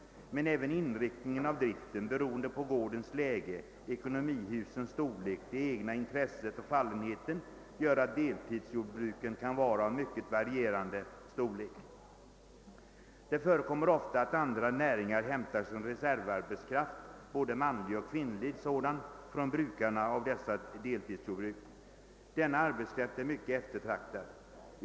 Men även inriktningen av driften beroende på gårdens läge, ekonomihusens storlek, det egna intresset och fallenheten gör att deltidsjordbruken kan vara av mycket varierande storlek. Det förekommer ofta att andra näringar hämtar sin reservarbetskraft — både manlig och kvinnlig sådan — från brukarna av dessa deltidsjordbruk. Denna arbetskraft är mycket eftertraktad.